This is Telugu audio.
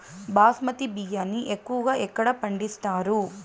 బాస్మతి బియ్యాన్ని ఎక్కువగా ఎక్కడ పండిస్తారు?